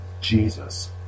Jesus